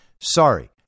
Sorry